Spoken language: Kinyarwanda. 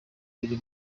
biri